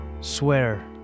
Swear